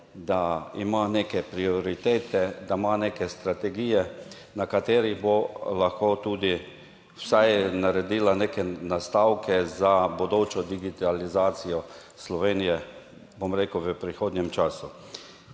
da ima neke prioritete, da ima neke strategije, na katerih bo lahko tudi vsaj naredila neke nastavke za bodočo digitalizacijo Slovenije, bom rekel, v prihodnjem času.